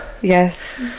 Yes